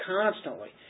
constantly